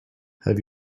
have